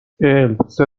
السه